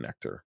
connector